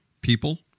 people